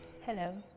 Hello